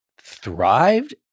thrived